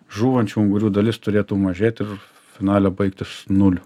žūvančių ungurių dalis turėtų mažėt ir finale baigtis nuliu